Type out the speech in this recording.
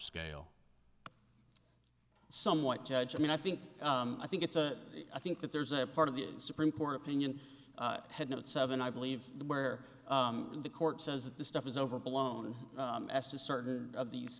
scale somewhat judge i mean i think i think it's a i think that there's a part of the supreme court opinion had not seven i believe where the court says that the stuff is overblown as to certain of these